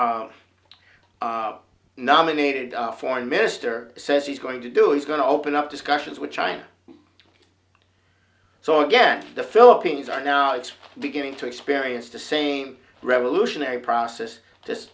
of nominated foreign minister says he's going to do is going to open up discussions with china so again the philippines are now it's beginning to experience the same revolutionary process just